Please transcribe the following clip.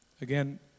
Again